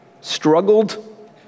struggled